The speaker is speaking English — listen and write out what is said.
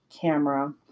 camera